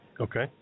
Okay